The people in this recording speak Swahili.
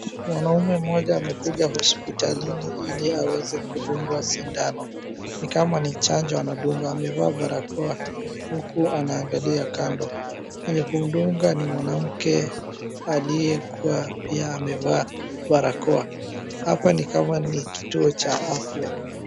Mwanaume mmoja amekuja hospitalini ili aweze kudungwa sindano. Ni kama ni chanjo anadungwa amevaa barakoa huku anaangalia kando. Mwenye kumdunga ni mwanamke aliyekuwa amevaa barakoa. Hapa ni kama ni kituo cha afya.